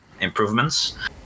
improvements